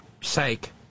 sake